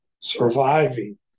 Surviving